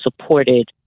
supported